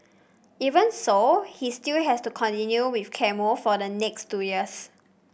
even so he still has to continue with chemo for the next two years